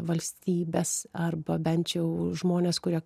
valstybes arba bent jau žmones kurie